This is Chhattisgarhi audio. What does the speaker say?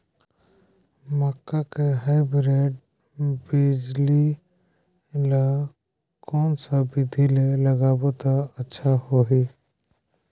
मक्का के हाईब्रिड बिजली ल कोन सा बिधी ले लगाबो त अच्छा होहि?